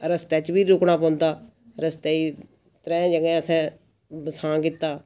रस्तै च बी रुकनै पौंदा रस्तै त्रैंह् जगहें असें बसां कीत्ता